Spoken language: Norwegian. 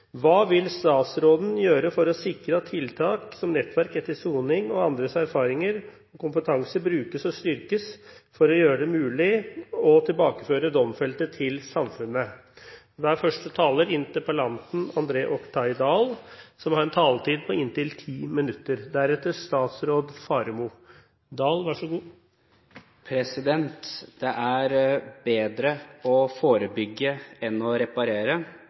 Hva vil statsråden gjøre for å sikre at tiltak som f.eks. Nettverk etter soning og andres erfaringer og kompetanse brukes og styrkes for å gjøre det mulig å tilbakeføre domfelte til samfunnet? Jeg vil først få takke representanten Oktay Dahl for interpellasjonen. Å redusere tilbakefall til ny kriminalitet er viktig for regjeringen, noe jeg vet det også er bred enighet om her i dette hus. St.meld. nr. 37 om straff som